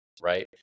right